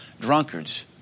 drunkards